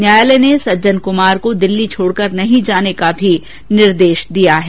न्यायालय ने सज्जन कुमार को दिल्ली छोड़कर नहीं जाने का भी निर्देश दिया है